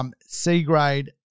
C-grade